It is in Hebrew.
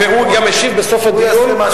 והוא גם משיב בסוף הדיון,